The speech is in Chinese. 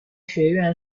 学院